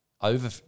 over